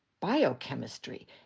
biochemistry